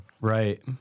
Right